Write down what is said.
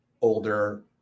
older